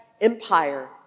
empire